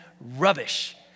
rubbish